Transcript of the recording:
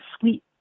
sweet